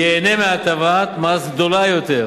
ייהנה מהטבת מס גדולה יותר.